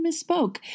misspoke